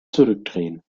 zurückdrehen